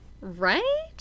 Right